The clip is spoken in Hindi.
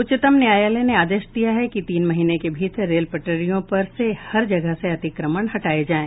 उच्चतम न्यायालय ने आदेश दिया है कि तीन महीने के भीतर रेल पटरियों पर से हर तरह के अतिक्रमण हटाए जाएं